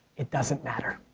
it doesn't matter.